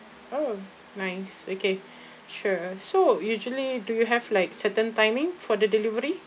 oh nice okay sure so usually do you have like certain timing for the delivery